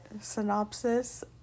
synopsis